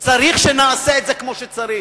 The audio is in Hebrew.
צריך שנעשה את זה כמו שצריך.